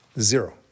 Zero